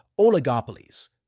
oligopolies